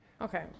Okay